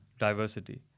diversity